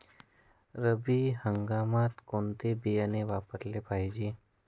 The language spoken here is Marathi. रब्बी हंगामात कोणते बियाणे वापरले पाहिजे?